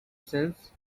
sense